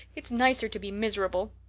it's nicer to be miserable!